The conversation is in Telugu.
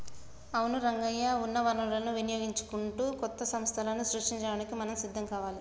అవును రంగయ్య ఉన్న వనరులను వినియోగించుకుంటూ కొత్త సంస్థలను సృష్టించడానికి మనం సిద్ధం కావాలి